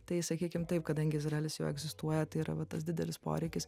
tai sakykim taip kadangi izraelis jau egzistuoja tai yra va tas didelis poreikis